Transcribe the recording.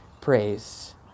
praise